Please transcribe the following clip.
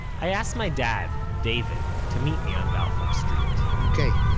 i asked my dad, david, to meet me on balfour street ok,